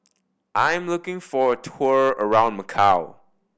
I'm looking for a tour around Macau